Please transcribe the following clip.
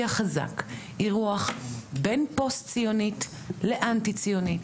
החזק היא רוח בין פוסט-ציונית לאנטי-ציונית.